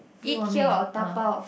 eat here or dabao